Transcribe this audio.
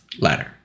ladder